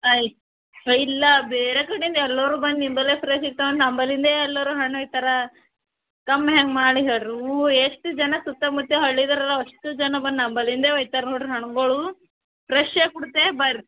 ಅಯ್ ಇಲ್ಲ ಬೇರೆ ಕಡೆಂದು ಎಲ್ಲರೂ ಬಂದು ನಿಂಬಲ್ಲೇ ಫ್ರೆಶ್ ಸಿಗ್ತವೆ ಅಂತ ನಂಬಲ್ಲಿಂದೇ ಎಲ್ಲರೂ ಹಣ್ಣು ಒಯ್ತಾರೆ ಕಮ್ಮಿ ಹೆಂಗೆ ಮಾಡಲಿ ಹೇಳಿರಿ ಇನ್ನು ಎಷ್ಟು ಜನ ಸುತ್ತಮುತ್ತ ಹಳ್ಳಿಗರೆಲ್ಲ ಅಷ್ಟು ಜನ ಬಂದು ನಂಬಲ್ಲಿಂದೇ ಒಯ್ತಾರೆ ನೋಡಿರಿ ಹಣ್ಗಳು ಫ್ರೆಶ್ ಆಗಿ ಕೊಡ್ತೆ ಬರ್ರೀ